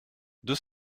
deux